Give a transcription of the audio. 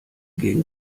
gegen